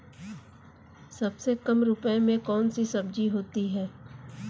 सबसे कम रुपये में कौन सी सब्जी होती है?